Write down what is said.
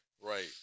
Right